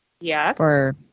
Yes